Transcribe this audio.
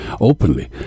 openly